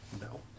no